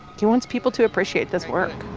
he wants people to appreciate this work